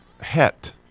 het